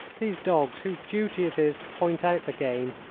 these dogs, whose duty it is to point out the game,